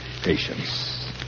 Patience